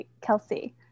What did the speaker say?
Kelsey